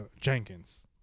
Jenkins